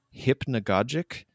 hypnagogic